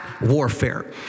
warfare